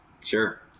sure